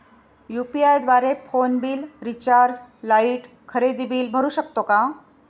UPI द्वारे phone bill, recharge, light, खरेदी bill भरू शकतो का?